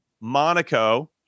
monaco